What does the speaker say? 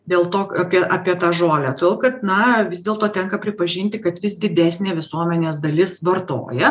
dėl to apie apie tą žolę todėl kad na vis dėlto tenka pripažinti kad vis didesnė visuomenės dalis vartoja